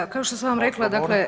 Da, kao što sam vam rekla, dakle…